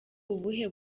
ubuhe